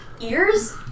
ears